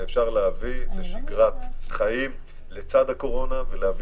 ואפשר להביא לשגרת חיים לצד הקורונה ולהביא